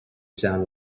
sound